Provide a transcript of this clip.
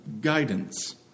guidance